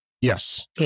Yes